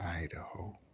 Idaho